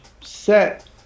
set